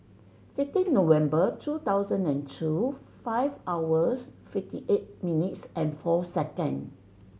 fifteen November two thousand and two five hours fifty eight minutes and four second